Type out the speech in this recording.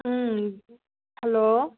ꯎꯝ hello